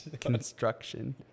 construction